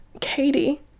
Katie